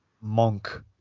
monk